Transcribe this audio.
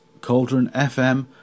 cauldronfm